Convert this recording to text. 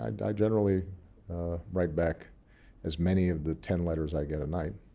i and i generally write back as many of the ten letters i get a night.